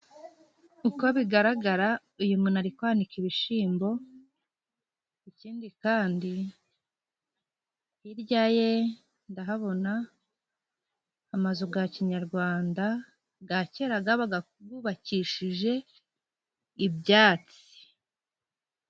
Uko bigaragara uyu muntu ari kwanika ibishyimbo, ikindi kandi hirya ye ndahabona amazu ga kinyarwanda ga kera, gabaga gubakishije ibyatsi.